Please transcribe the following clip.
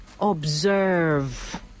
observe